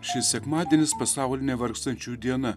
šis sekmadienis pasaulinė vargstančiųjų diena